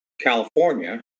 California